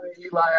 Eli